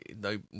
no